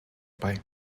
bei